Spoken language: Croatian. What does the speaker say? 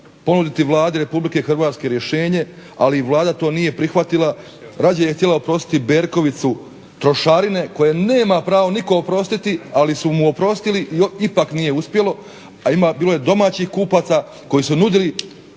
ponuditi Vladi Republike Hrvatske rješenje, ali Vlada to nije prihvatila. Rađe je htjela oprostiti Berkovicu trošarine koje nema pravo nitko oprostiti, ali su mu oprostili i ipak nije uspjelo, a ima, bilo je domaćih kupaca koji su nudili